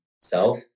self